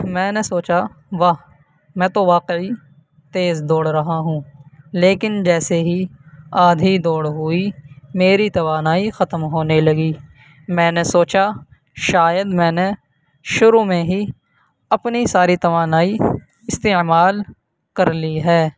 میں نے سوچا واہ میں تو واقعی تیز دوڑ رہا ہوں لیکن جیسے ہی آدھی دوڑ ہوئی میری توانائی ختم ہونے لگی میں نے سوچا شاید میں نے شروع میں ہی اپنی ساری توانائی استعمال کر لی ہے